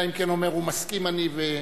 אלא אם כן אומר הוא: מסכים אני.